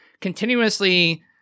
continuously